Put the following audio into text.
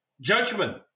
Judgment